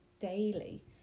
daily